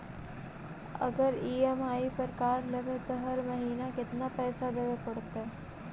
अगर ई.एम.आई पर कार लेबै त हर महिना केतना पैसा देबे पड़तै?